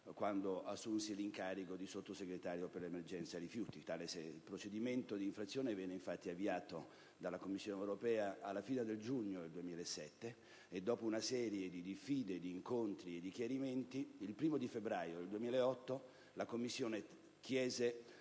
quando assunsi l'incarico di Sottosegretario per l'emergenza rifiuti. Tale procedimento d'infrazione venne infatti avviato dalla Commissione europea alla fine di giugno 2007 e, dopo una serie di diffide, di incontri e di chiarimenti, il 1° febbraio 2008 la Commissione chiese